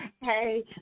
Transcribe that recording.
Hey